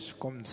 como